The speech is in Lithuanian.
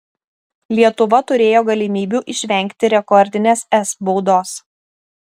lietuva turėjo galimybių išvengti rekordinės es baudos